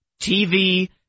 TV